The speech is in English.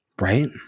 Right